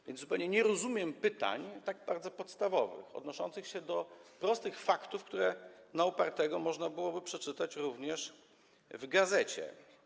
A więc zupełnie nie rozumiem pytań tak bardzo podstawowych, odnoszących się do prostych faktów, które na upartego można byłoby przeczytać również w gazecie.